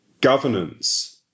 governance